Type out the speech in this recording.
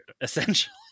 essentially